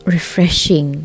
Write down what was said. Refreshing